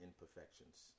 imperfections